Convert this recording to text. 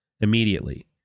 immediately